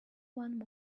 one